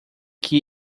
que